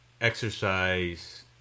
exercise